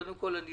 קודם כול אני